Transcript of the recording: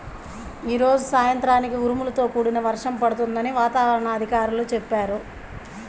యీ రోజు సాయంత్రానికి ఉరుములతో కూడిన వర్షం పడుతుందని వాతావరణ అధికారులు చెప్పారు